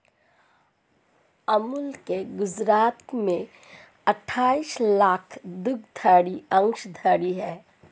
अमूल के गुजरात में अठाईस लाख दुग्धधारी अंशधारी है